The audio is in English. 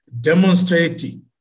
demonstrating